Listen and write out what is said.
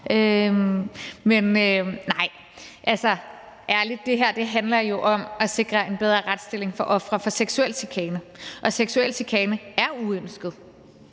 Men nej, ærligt handler det her jo om at sikre en bedre retsstilling for ofre for seksuel chikane. Og seksuel chikane er uønsket,